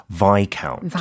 viscount